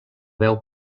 veu